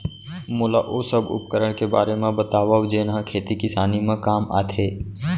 मोला ओ सब उपकरण के बारे म बतावव जेन ह खेती किसानी म काम आथे?